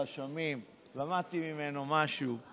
רשמים, למדתי ממנו משהו,